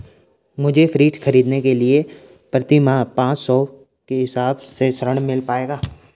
मुझे फ्रीज खरीदने के लिए प्रति माह पाँच सौ के हिसाब से ऋण मिल पाएगा?